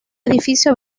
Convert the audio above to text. edificio